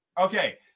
Okay